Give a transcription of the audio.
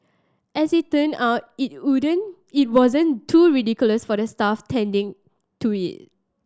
as it turn out it wouldn't it wasn't too ridiculous for the staff attending to it